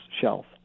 shelf